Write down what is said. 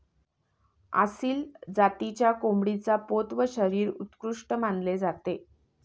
आसिल जातीच्या कोंबडीचा पोत व शरीर उत्कृष्ट मानले जाते